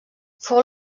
fou